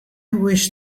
wish